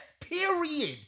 period